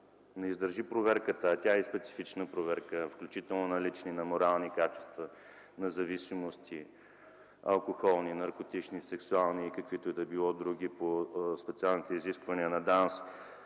не издържи проверката, а тя е специфична проверка, включително на лични, на морални качества, на зависимости – алкохолни, наркотични, сексуални, и каквито и да било други, по специалните изисквания на ДАНС,